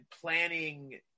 planning